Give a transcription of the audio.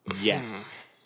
yes